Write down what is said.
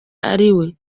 ariwe